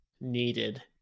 needed